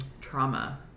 Trauma